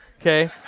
Okay